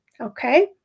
okay